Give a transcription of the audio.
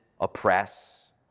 oppress